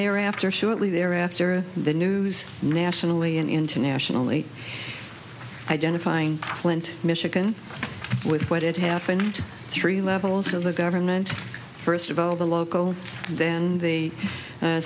they are after shortly there after the news nationally and internationally identifying flint michigan with what had happened three levels of the government first of all the local than the